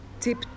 Tip